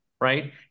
right